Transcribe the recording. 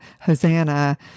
Hosanna